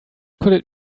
could